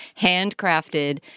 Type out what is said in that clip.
handcrafted